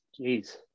jeez